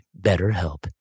BetterHelp